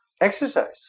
Exercise